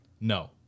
No